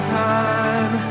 time